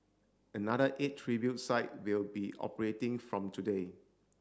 another eight tribute site will be operating from today